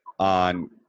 on